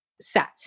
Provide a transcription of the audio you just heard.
set